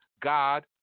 God